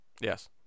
Yes